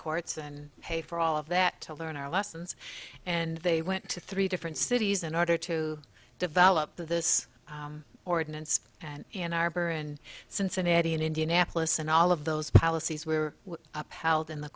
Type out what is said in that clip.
courts and pay for all of that to learn our lessons and they went to three different cities in order to develop this ordinance and ann arbor and cincinnati and indianapolis and all of those policies were upheld in the